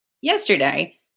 yesterday